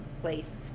place